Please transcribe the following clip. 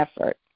effort